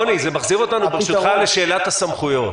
רוני, זה מחזיר אותנו ברשותך לשאלת הסמכויות.